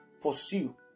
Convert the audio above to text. pursue